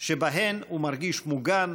שבהן הוא מרגיש מוגן,